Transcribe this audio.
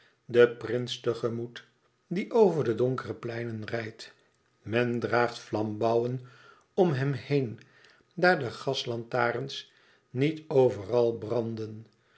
den prins te gemoet die over de donkere pleinen rijdt men draagt flambouwen om hem heen daar de gaslantarens niet overal branden